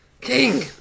King